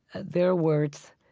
their words,